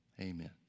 amen